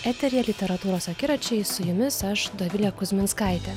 eteryje literatūros akiračiai su jumis aš dovilė kuzminskaitė